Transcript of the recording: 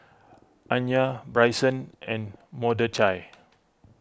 Anya Bryson and Mordechai